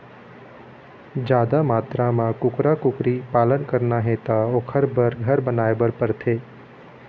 जादा मातरा म कुकरा, कुकरी पालन करना हे त ओखर बर घर बनाए बर परथे